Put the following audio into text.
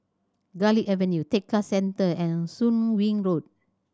Garlick Avenue Tekka Centre and Soon Wing Road